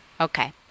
okay